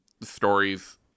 stories